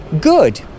good